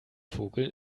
vogel